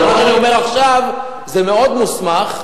אבל מה שאני אומר עכשיו זה מאוד מוסמך,